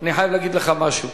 אני חייב להגיד לך משהו: